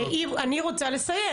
אני רוצה לסיים.